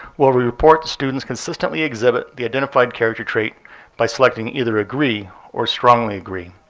will report that students consistently exhibit the identified character trait by selecting either agree or strongly agree.